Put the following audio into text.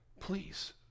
please